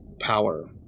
power